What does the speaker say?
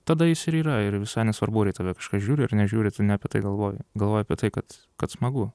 tada jis ir yra ir visai nesvarbu ar į tave kažkas žiūri ar nežiūri tu ne apie tai galvoji galvoji apie tai kad kad smagu